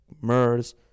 MERS